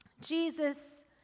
Jesus